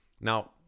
now